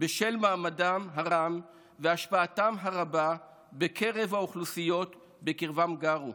בשל מעמדם הרם והשפעתם הרבה בקרב האוכלוסיות שבקרבן גרו.